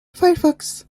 firefox